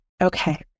Okay